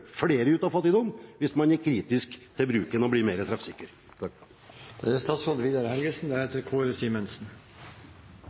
flere ut av fattigdom – hvis man er kritisk til bruken av dem og blir mer treffsikker.